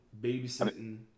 babysitting